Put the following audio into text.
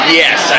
yes